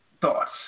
Thoughts